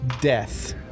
death